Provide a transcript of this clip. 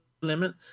limit